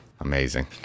amazing